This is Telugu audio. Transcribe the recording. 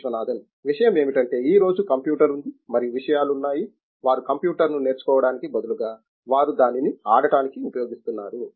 విశ్వనాథన్ విషయం ఏమిటంటే ఈ రోజు కంప్యూటర్ ఉంది మరియు విషయాలు ఉన్నాయి వారు కంప్యూటర్ ను నేర్చుకోవడానికి బదులుగా వారు దానిని ఆడటానికి ఉపయోగిస్తున్నారు